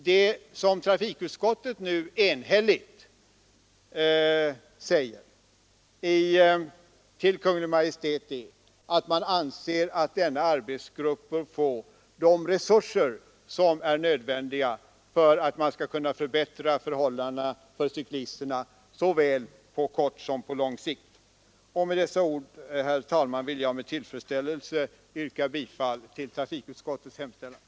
Det som trafikutskottet nu enhälligt säger till Kungl. Maj:t är att man anser att denna arbetsgrupp bör få de resurser som är nödvändiga för att man skall kunna förbättra förhållandena för cyklisterna såväl på kort som lång sikt. Herr talman! Med dessa ord vill jag med tillfredsställelse yrka bifall till trafikutskottets hemställan.